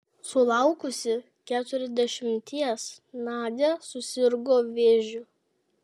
sulaukusi keturiasdešimties nadia susirgo vėžiu